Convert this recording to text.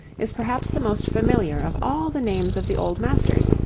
is perhaps the most familiar of all the names of the old masters,